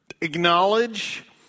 acknowledge